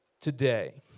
today